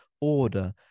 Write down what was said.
order